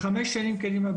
לחמש שנים קדימה,